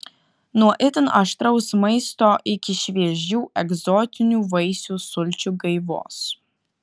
nuo itin aštraus maisto iki šviežių egzotinių vaisių sulčių gaivos